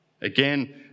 Again